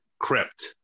Crypt